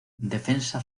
defensa